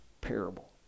parable